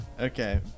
Okay